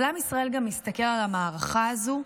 אבל עם ישראל גם מסתכל על המערכה הזאת,